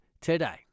today